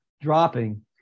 dropping